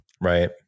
Right